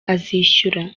azishyura